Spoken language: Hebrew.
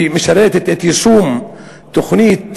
שמשרתת את יישום תוכנית פראוור-בגין,